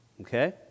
Okay